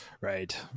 right